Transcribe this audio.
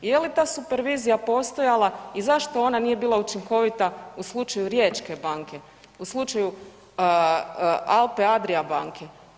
Je li ta supervizija postojala i zašto ona nije bila učinkovita u slučaju Riječke banke, u slučaju Alpe Adria banke?